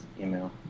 email